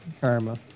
Karma